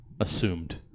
assumed